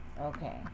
Okay